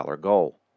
goal